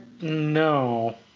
No